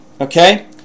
okay